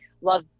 love